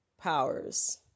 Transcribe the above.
powers